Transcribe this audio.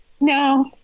No